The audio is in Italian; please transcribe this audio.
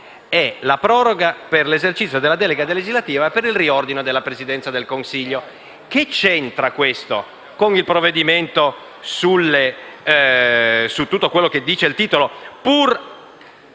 termine per l'esercizio della delega legislativa per il riordino della Presidenza del Consiglio. Che c'entra questo con tutto quello che dice il titolo